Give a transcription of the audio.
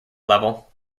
level